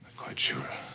quite sure.